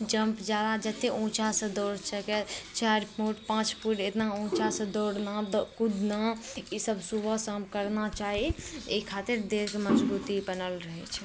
jump जादा जतेक ऊँचासँ दौड़ सकै चारि फुट पाँच फुट इतना ऊँचासँ दौड़ना दऽ कूदना इसभ सुबह शाम करना चाही एहि खातिर देहके मजबूती बनल रहै छै